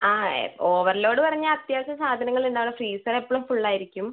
ആ ഓവർലോഡ് പറഞ്ഞാൽ അത്യാവശ്യം സാധനങ്ങൾ ഉണ്ടാവുള്ളൂ ഫ്രീസർ എപ്പളും ഫുൾ ആയിരിക്കും